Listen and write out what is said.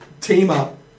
team-up